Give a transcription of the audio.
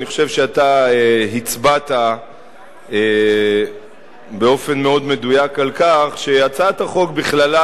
אני חושב שאתה הצבעת באופן מאוד מדויק על כך שהצעת החוק בכללה,